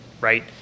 right